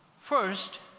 First